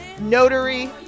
notary